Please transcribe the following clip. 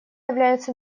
являются